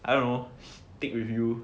I don't know stick with you